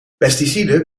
pesticiden